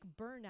burnout